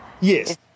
Yes